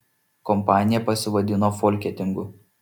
kompanija pasivadino folketingu